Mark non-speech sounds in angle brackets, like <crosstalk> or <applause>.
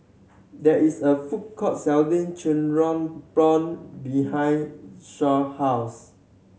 there is a food court selling <unintelligible> prawn behind <unintelligible> house